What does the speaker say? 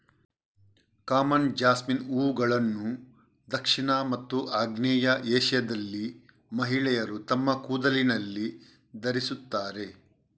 common jasmine ಹೂವುಗಳನ್ನು ದಕ್ಷಿಣ ಮತ್ತು ಆಗ್ನೇಯ ಏಷ್ಯಾದಲ್ಲಿ ಮಹಿಳೆಯರು ತಮ್ಮ ಕೂದಲಿನಲ್ಲಿ ಧರಿಸುತ್ತಾರೆ